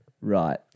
Right